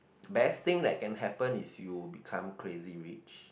best thing that can happen is you become Crazy Rich